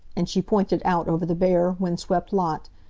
and she pointed out over the bare, wind-swept lot,